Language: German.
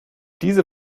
diese